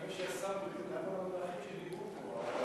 אני מקווה שהשר מבין את כל המונחים שדיברו פה.